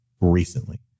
recently